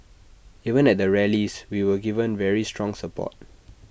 even at the rallies we were given very strong support